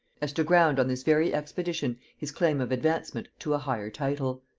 as to ground on this very expedition his claim of advancement to a higher title.